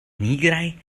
nigraj